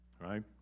Right